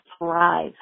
thrive